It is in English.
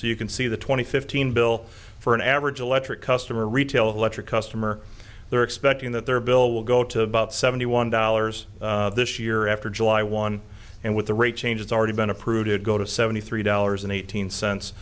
so you can see the twenty fifteen bill for an average electric customer retail electric customer they're expecting that their bill will go to about seventy one dollars this year after july one and with the rate changes already been uprooted go to seventy three dollars and eighteen cents